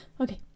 Okay